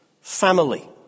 family